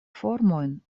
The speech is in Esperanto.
formojn